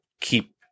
keep